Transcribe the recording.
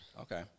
Okay